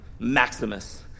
Maximus